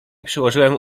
przyłożyłem